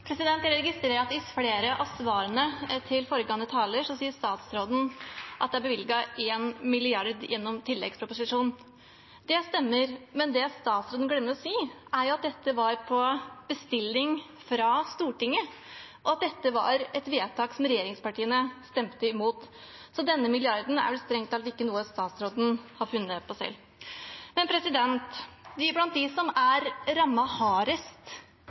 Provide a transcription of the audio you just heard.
svarene til foregående taler sier statsråden at det er bevilget én milliard gjennom en tilleggsproposisjon. Det stemmer, men det statsråden glemmer å si, er at dette var på bestilling fra Stortinget, og at dette var et vedtak regjeringspartiene stemte imot. Så denne milliarden er strengt talt ikke noe statsråden har funnet på selv. Blant dem som er hardest rammet økonomisk i pandemien, er de som